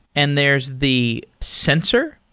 and there's the sensor.